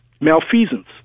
malfeasance